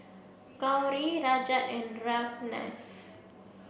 Gauri Rajat and Ramnath